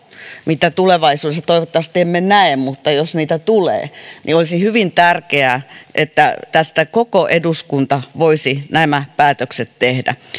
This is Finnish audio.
mitä tulevaisuudessa toivottavasti emme näe mutta jos niitä tulee niin olisi hyvin tärkeää että näistä koko eduskunta voisi päätökset tehdä